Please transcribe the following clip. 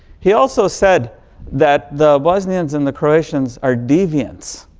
he also said that the bosnians and the croatians are deviants.